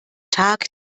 tag